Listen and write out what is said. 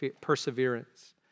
perseverance